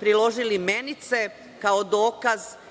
priložili menice kao dokaz,